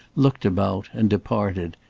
looked about, and departed,